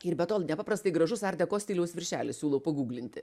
ir be to nepaprastai gražus art deko stiliaus viršelis siūlau paguglinti